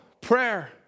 prayer